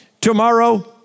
tomorrow